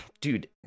dude